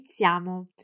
iniziamo